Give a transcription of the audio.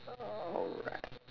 alright